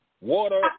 water